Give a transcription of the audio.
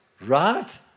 right